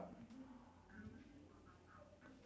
oh ya ya ya the the the